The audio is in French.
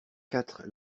quatre